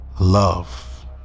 love